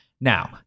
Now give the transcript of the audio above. Now